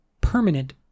permanent